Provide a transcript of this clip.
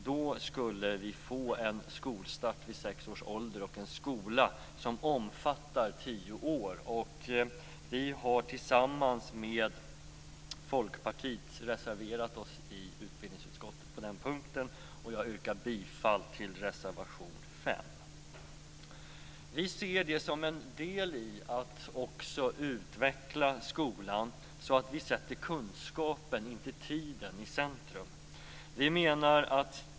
Då skulle vi få en skolstart vid sex års ålder och en skola som omfattar tio år. Vi i Centerpartiet har tillsammans med Folkpartiet reserverat oss i utbildningsutskottet på den punkten. Jag yrkar bifall till reservation 5. Vi ser detta som en del i att också utveckla skolan så att vi sätter kunskapen och inte tiden i centrum.